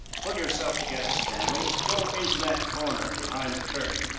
pull yourself together, stanley! go into that corner, behind the curtain.